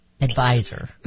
advisor